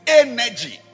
energy